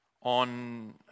On